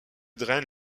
draine